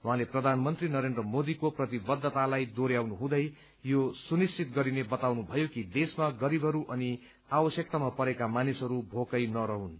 उहाँले प्रधानमन्त्री नरेन्द्र मोदीको प्रतिबद्धतालाई दोहोरयाउनहुँदै यो सुनिश्चित गरिने बताउनु भयो कि देशमा गरीबहरू अनि आवश्यकतामा परेका मानिसहरू भोकै नरहून्